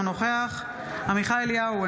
אינו נוכח עמיחי אליהו,